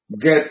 Get